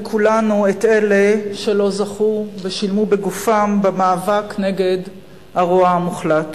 וכולנו את אלה שלא זכו ושילמו בגופם במאבק נגד הרוע המוחלט.